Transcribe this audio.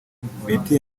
betty